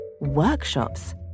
Workshops